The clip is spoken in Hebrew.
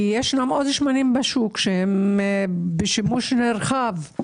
יש עוד שמנים בשוק שהם בשימוש רחב,